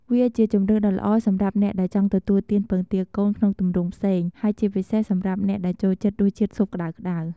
វាជាជម្រើសដ៏ល្អសម្រាប់អ្នកដែលចង់ទទួលទានពងទាកូនក្នុងទម្រង់ផ្សេង ហើយជាពិសេសសម្រាប់អ្នកដែលចូលចិត្តរសជាតិស៊ុបក្តៅៗ។